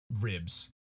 ribs